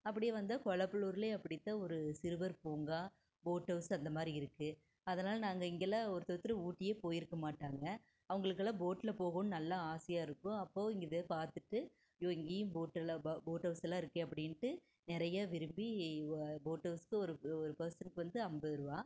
அப்டே வந்தால் குளப்பலூர்லையும் அப்டி தான் ஒரு சிறுவர் பூங்கா போட் ஹவுஸ் அந்த மாரி இருக்கு அதனால் நாங்கள் இங்கெல்லாம் ஒருத்தர் ஒருத்தர் ஊட்டியே போயிருக்க மாட்டாங்க அவங்களுக்கெல்லாம் போட்டில் போகவும் நல்லா ஆசையாக இருக்கும் அப்போ இதை பார்த்துட்டு அய்யோ இங்கேயும் போட்டெல்லாம் ப போட் ஹவுஸ் எல்லாம் இருக்கே அப்படின்ட்டு நிறைய விரும்பி போட் ஹவுஸ்க்கு ஒரு ஒரு பர்ஸன்க்கு வந்து ஐம்பதுரூவா